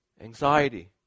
Anxiety